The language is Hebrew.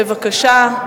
בבקשה.